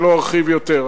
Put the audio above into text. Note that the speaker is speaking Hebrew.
ולא ארחיב יותר.